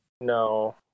No